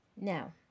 Now